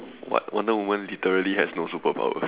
what Wonder Woman literally has no superpowers